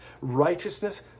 righteousness